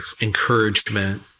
encouragement